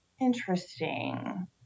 Interesting